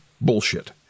bullshit